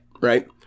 right